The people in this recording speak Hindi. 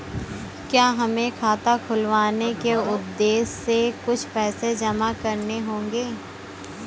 क्या हमें खाता खुलवाने के उद्देश्य से कुछ पैसे जमा करने होंगे?